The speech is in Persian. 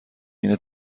اینه